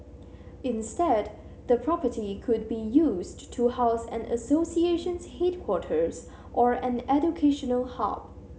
instead the property could be used to house an association's headquarters or an educational hub